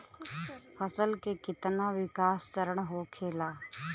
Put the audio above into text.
फसल के कितना विकास चरण होखेला?